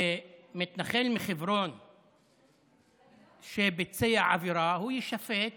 מתנחל מחברון שביצע עבירה יישפט